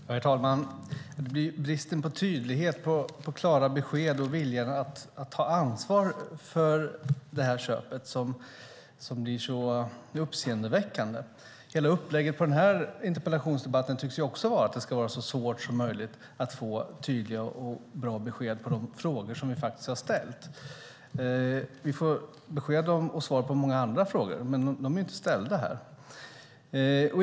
Herr talman! Bristen på tydlighet, klara besked och vilja att ta ansvar för detta köp är uppseendeväckande. Upplägget på denna interpellationsdebatt tycks också vara att det ska vara så svårt som möjligt att få tydliga och bra svar på de frågor som vi har ställt. Vi får svar på många andra frågor, men de är inte ställda här.